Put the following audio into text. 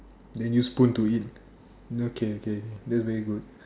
they use spoon to eat okay okay that's very good